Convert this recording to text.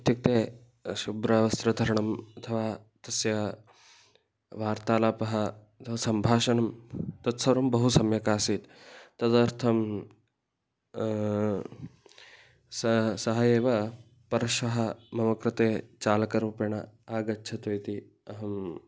इत्युक्ते शुभ्रवस्त्रधरणम् अथवा तस्य वार्तालापः अथवा सम्भाषणं तत्सर्वं बहु सम्यक् आसीत् तदर्थं सः सः एव परश्वः मम कृते चालकरूपेण आगच्छतु इति अहम्